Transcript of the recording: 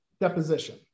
deposition